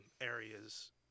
areas